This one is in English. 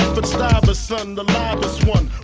but stop a son the one